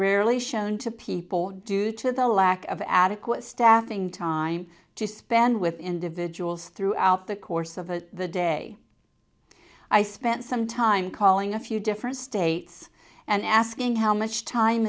rarely shown to people due to the lack of adequate staffing time to spend with individuals throughout the course of the day i spent some time calling a few different states and asking how much time